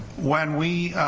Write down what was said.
when we